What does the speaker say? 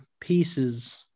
pieces